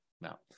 now